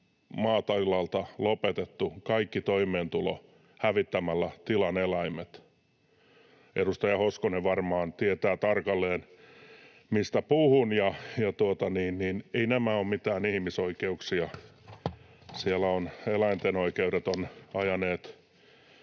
maatilalta lopetettu kaikki toimeentulo hävittämällä tilan eläimet. Edustaja Hoskonen varmaan tietää tarkalleen, mistä puhun. Eivät nämä ole mitään ihmisoikeuksia, siellä ovat eläinten oikeudet ajaneet